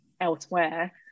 elsewhere